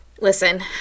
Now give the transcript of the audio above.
Listen